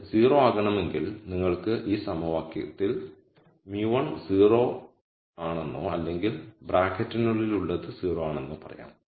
ഇത് 0 ആകണമെങ്കിൽ നിങ്ങൾക്ക് ഈ സമവാക്യത്തിൽ μ1 0 ആണെന്നോ അല്ലെങ്കിൽ ബ്രാക്കറ്റിനുള്ളിൽ ഉള്ളത് 0 ആണെന്നോ പറയാം